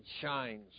shines